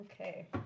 Okay